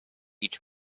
each